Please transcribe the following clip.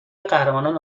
قهرمانان